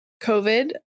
COVID